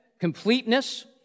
completeness